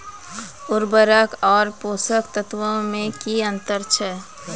उर्वरक आर पोसक तत्व मे की अन्तर छै?